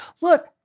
look